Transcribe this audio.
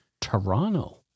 Toronto